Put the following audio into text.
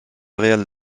real